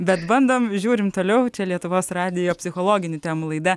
bet bandom žiūrim toliau čia lietuvos radijo psichologinių temų laida